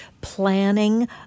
planning